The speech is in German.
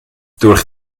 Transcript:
durch